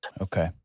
Okay